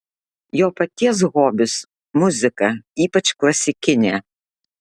jo paties hobis muzika ypač klasikinė